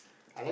I like